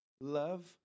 Love